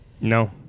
No